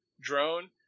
drone